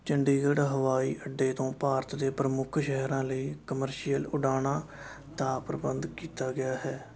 ਚੰਡੀਗੜ੍ਹ ਹਵਾਈ ਅੱਡੇ ਤੋਂ ਭਾਰਤ ਦੇ ਪ੍ਰਮੁੱਖ ਸ਼ਹਿਰਾਂ ਲਈ ਕਮਰਸ਼ੀਅਲ ਉਡਾਣਾਂ ਦਾ ਪ੍ਰਬੰਧ ਕੀਤਾ ਗਿਆ ਹੈ